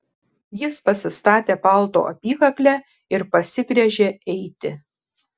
jis pasistatė palto apykaklę ir pasigręžė eiti